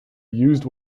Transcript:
used